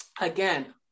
again